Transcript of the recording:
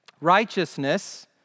Righteousness